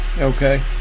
Okay